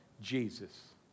Jesus